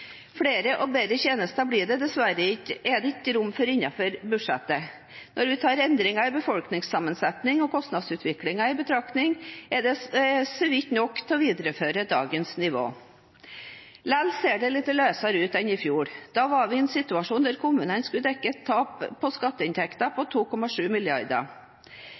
Flere og bedre tjenester er det dessverre ikke rom for innenfor budsjettet. Når vi tar endringer i befolkningssammensetning og kostnadsutviklingen i betraktning, er det så vidt nok til å videreføre dagens nivå. Likevel ser det litt lettere ut enn i fjor. Da var vi i en situasjon der kommunene skulle dekke inn et tap i skatteinntektene på 2,7